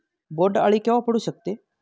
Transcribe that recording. बोंड अळी केव्हा पडू शकते?